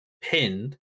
pinned